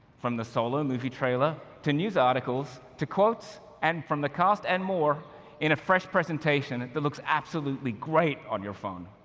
from the solo movie trailer, to news articles, to quotes and from the cast and more in a fresh presentation that looks absolutely great on your phone.